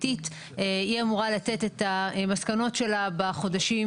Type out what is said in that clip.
היא אמורה לתת את המסקנות שלה בחודשים